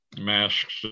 masks